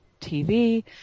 TV